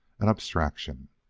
an abstraction.